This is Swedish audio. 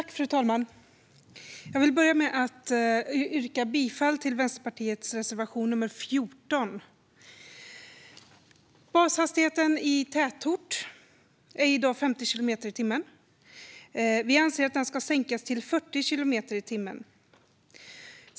Fru talman! Jag vill börja med att yrka bifall till Vänsterpartiets reservation nr 14. Bashastigheten i tätort är i dag 50 kilometer i timmen. Vi anser att den ska sänkas till 40 kilometer i timmen.